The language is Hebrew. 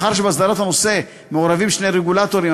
מאחר שבהסדרת הנושא מעורבים שני רגולטורים,